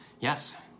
Yes